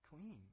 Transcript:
clean